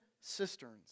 cisterns